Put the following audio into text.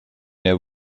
der